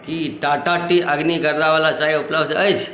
की Tata tea अग्नि गर्दावला चाय उपलब्ध अछि